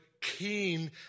keen